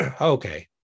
okay